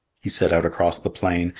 he set out across the plain,